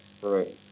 Right